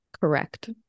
Correct